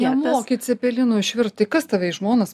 nemoki cepelinų išvirt tai kas tave į žmonas